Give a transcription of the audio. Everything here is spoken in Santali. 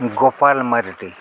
ᱜᱳᱯᱟᱞ ᱢᱟᱨᱰᱤ